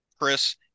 Chris